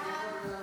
ההצעה להעביר את